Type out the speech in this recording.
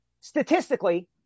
statistically